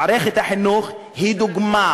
מערכת החינוך היא דוגמה.